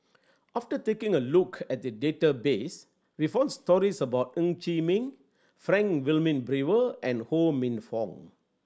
after taking a look at the database we found stories about Ng Chee Meng Frank Wilmin Brewer and Ho Minfong